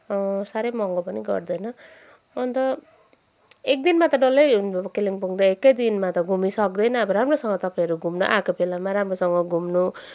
साह्रै महँगो पनि गर्दैन अन्त एकदिनमा त डल्लै कालिम्पोङ त एकैदिनमा त घुमिसक्दैन राम्रोसँग तपाईँहरू घुम्नु आएको बेलामा राम्रोसँग घुम्नु